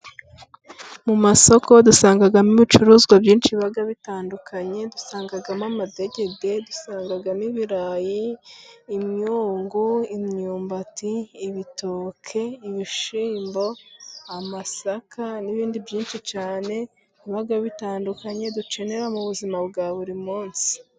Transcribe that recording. Mu masoko dusangamo ibicuruzwa byinshi biba bitandukanye, dusangamo amadegede, dusangamo ibirayi, imyungu imyumbati, ibitoke, ibishyimbo, amasaka, n'ibindi byinshi cyane biba bitandukanye dukenera mu buzima bwa buri munsi.